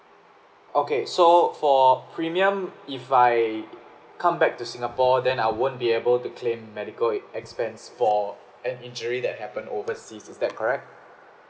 okay so for premium if I come back to singapore then I won't be able to claim medical it expense for an injury that happened overseas is that correct